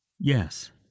yes